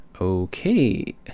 Okay